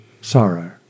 sorrow